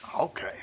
Okay